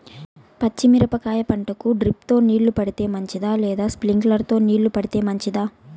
పచ్చి మిరపకాయ పంటకు డ్రిప్ తో నీళ్లు పెడితే మంచిదా లేదా స్ప్రింక్లర్లు తో నీళ్లు పెడితే మంచిదా?